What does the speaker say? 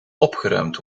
opgeruimd